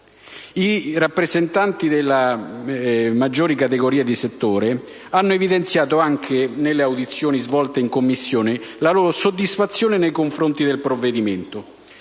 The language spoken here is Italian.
I rappresentanti delle maggiori categorie di settore hanno evidenziato anche, nelle audizioni svolte in Commissione, la loro soddisfazione nei confronti del provvedimento.